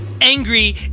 angry